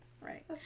Right